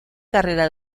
carrera